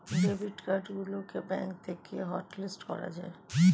debit card গুলোকে bank থেকে hotlist করা যায়